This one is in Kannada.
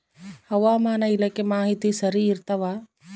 ಹವಾಮಾನ ಇಲಾಖೆ ಮಾಹಿತಿ ಸರಿ ಇರ್ತವ?